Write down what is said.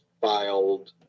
filed